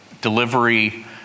delivery